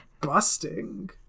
busting